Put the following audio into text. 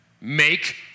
make